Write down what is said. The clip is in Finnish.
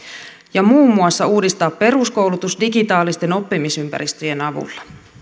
ja muun muassa uudistaa peruskoulutus digitaalisten oppimisympäristöjen avulla